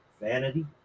vanity